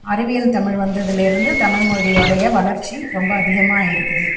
அறிவியல் தமிழ் வந்ததிலேருந்து தமிழ் மொழியோடைய வளர்ச்சி ரொம்ப அதிகமாக இருக்குது